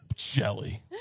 Jelly